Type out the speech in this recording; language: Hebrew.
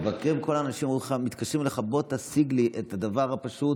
כל האנשים מתקשרים אליך: בוא תשיג לי את הדבר הפשוט,